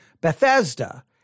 Bethesda